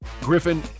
Griffin